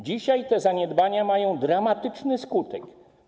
Dzisiaj te zaniedbania mają dramatyczny skutek.